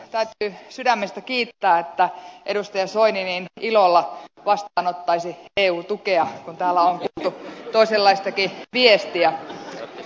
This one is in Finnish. täytyy sydämestä kiittää että edustaja soini niin ilolla vastaanottaisi eu tukea kun täällä on kuultu toisenlaistakin viestiä